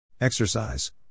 Exercise